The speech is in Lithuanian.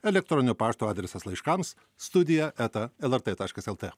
elektroninio pašto adresas laiškams studija eta lrt taškas lt